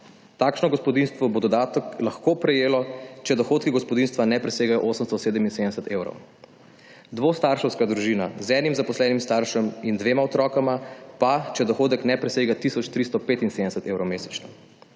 Takšno gospodinjstvo bo dodatek lahko prejelo, če dohodki gospodinjstva ne dosegajo 877 evrov. Dvostarševska družina z enim zaposlenim staršem in dvema otrokoma pa, če dohodek ne presega 1.375 evrov mesečno.